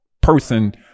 person